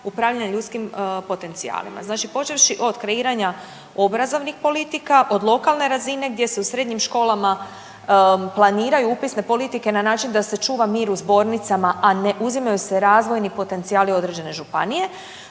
upravljanjem ljudskim potencijalima. Znači počevši od kreiranja obrazovnih politika, od lokalne razine gdje se u srednjim školama planiraju upisne politike na način da se čuva mir u zbornicama, a ne uzimaju se razvojni potencijali određene županije,